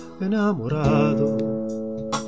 enamorado